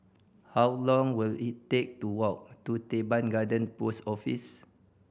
how long will it take to walk to Teban Garden Post Office